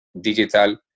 digital